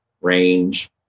range